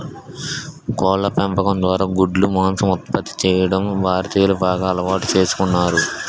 కోళ్ళ పెంపకం ద్వారా గుడ్లు, మాంసం ఉత్పత్తి చేయడం భారతీయులు బాగా అలవాటు చేసుకున్నారు